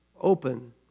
open